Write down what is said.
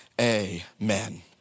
amen